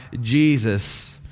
Jesus